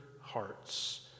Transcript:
hearts